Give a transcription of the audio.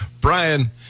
Brian